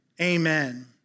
Amen